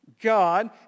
God